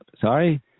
Sorry